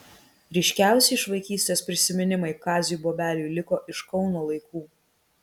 ryškiausi iš vaikystės prisiminimai kaziui bobeliui liko iš kauno laikų